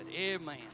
Amen